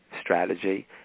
strategy